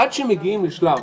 עד שמגיעים לשלב,